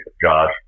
Josh